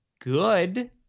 good